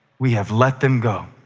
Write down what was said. we have let them go.